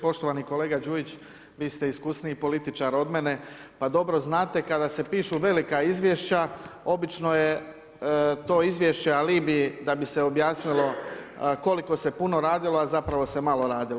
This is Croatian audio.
Poštovani kolega Đujić, vi ste iskusniji političar od mene pa dobro znate kada se pišu velika izvješća, obično je to izvješće alibi da bi se objasnilo koliko se puno radilo a zapravo se malo radilo.